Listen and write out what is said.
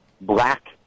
black